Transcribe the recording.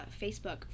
Facebook